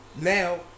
Now